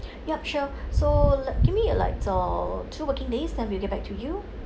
yup sure so let give me like uh two working days then we'll get back to you